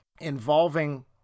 involving